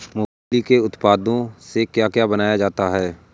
मूंगफली के उत्पादों से क्या क्या बनाया जाता है?